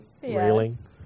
Railing